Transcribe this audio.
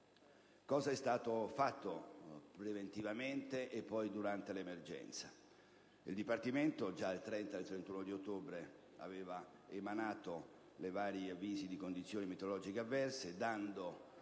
Cosa è stato fatto preventivamente, e poi durante l'emergenza? Il Dipartimento già il 30 e il 31 ottobre aveva emanato i vari avvisi di condizioni meteorologiche avverse, dando